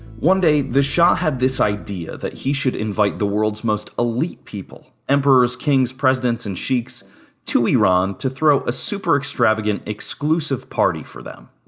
one day, the shah had this idea that he should invite the world's most elite people emperors, kings, presidents, and sheiks to iran and throw a super extravagant, exclusive party for them.